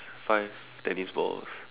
five tennis balls